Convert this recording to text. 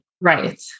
Right